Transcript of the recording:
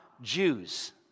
Jews